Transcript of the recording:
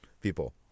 people